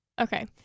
Okay